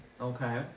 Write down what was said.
Okay